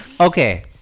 okay